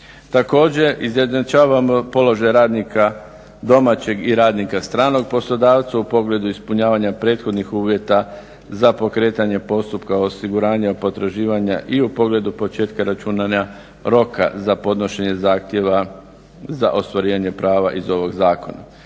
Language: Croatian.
Također, izjednačavamo položaj radnika domaćeg i radnika stranog poslodavcu u pogledu ispunjavanja prethodnih uvjeta za pokretanje postupka osiguranja, potraživanja i u pogledu početka računanja roka za podnošenje zahtjeva za ostvarivanje prava iz ovog zakona.